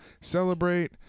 celebrate